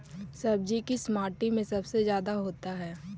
सब्जी किस माटी में सबसे ज्यादा होता है?